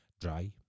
dry